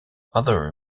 other